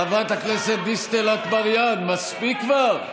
חברת הכנסת דיסטל אטבריאן, מספיק כבר.